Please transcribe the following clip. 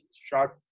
Sharp